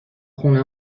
خونه